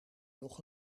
nog